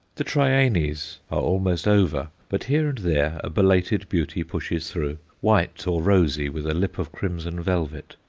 the trianaes are almost over, but here and there a belated beauty pushes through, white or rosy, with a lip of crimson velvet.